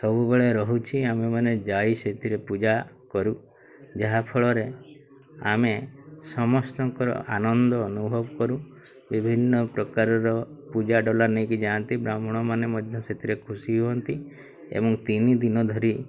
ସବୁବେଳେ ରହୁଛି ଆମେମାନେ ଯାଇ ସେଥିରେ ପୂଜା କରୁ ଯାହାଫଳରେ ଆମେ ସମସ୍ତଙ୍କର ଆନନ୍ଦ ଅନୁଭବ କରୁ ବିଭିନ୍ନ ପ୍ରକାରର ପୂଜା ଡଲା ନେଇକି ଯାଆନ୍ତି ବ୍ରାହ୍ମଣମାନେ ମଧ୍ୟ ସେଥିରେ ଖୁସି ହୁଅନ୍ତି ଏବଂ ତିନି ଦିନ ଧରି